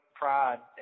pride